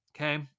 okay